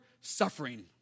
suffering